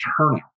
turnout